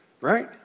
Right